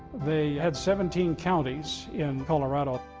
they had seventeen counties in colorado.